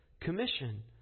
commission